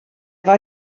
war